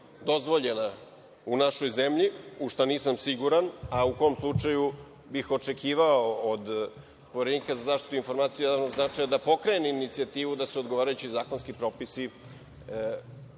dozvoljena u našoj zemlji, u šta nisam siguran, a u kom slučaju bih očekivao od Poverenika za zaštitu informacija od javnog značaja, da pokrene inicijativu da se odgovarajući zakonski propisi